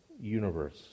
universe